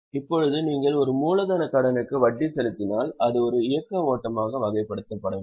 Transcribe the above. இப்போது நீங்கள் ஒரு மூலதனக் கடனுக்கு வட்டி செலுத்தினால் அது ஒரு இயக்க ஓட்டமாக வகைப்படுத்தப்பட வேண்டும்